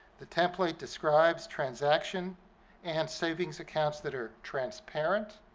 the template describes transaction and savings accounts that are transparent,